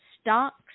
stocks